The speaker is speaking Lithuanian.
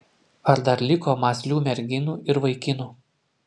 ar dar liko mąslių merginų ir vaikinų